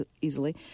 easily